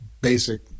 basic